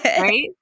Right